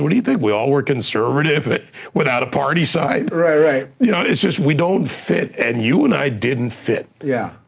but do you think, we all were conservative without a party side? right, right. yeah it's just, we don't fit, and you and i didn't fit. yeah.